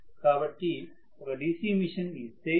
కాబట్టి ఒక DC machine ఇస్తే ఇది 2